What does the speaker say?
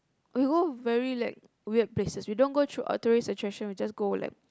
we go very like weird places we don't go to tourist attractions we just go like